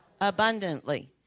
abundantly